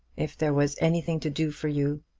if there was anything to do for you,